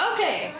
Okay